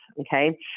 Okay